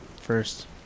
first